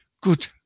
Good